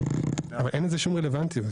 אבל אין לזה שום רלוונטיות.